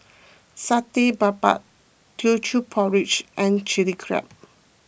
Satay Babat Teochew Porridge and Chili Crab